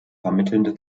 vermittelnde